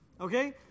okay